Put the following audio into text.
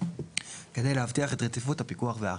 כדי להבטיח את רציפות הפיקוח והאכיפה".